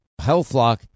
HealthLock